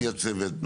מי הצוות,